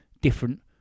different